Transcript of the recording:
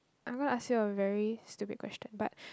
I'm gonna ask you a very stupid question but